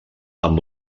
amb